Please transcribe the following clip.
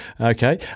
Okay